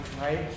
right